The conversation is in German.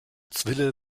zwille